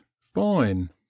Fine